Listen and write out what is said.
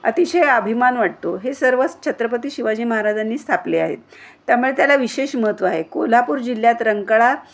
अतिशय अभिमान वाटतो हे सर्वच छत्रपती शिवाजी महाराजांनी स्थापले आहेत त्यामुळे त्याला विशेष महत्त्व आहे कोल्हापूर जिल्ह्यात रंगाळा